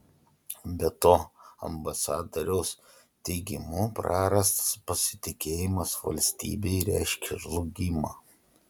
be to ambasadoriaus teigimu prarastas pasitikėjimas valstybei reiškia žlugimą